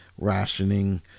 rationing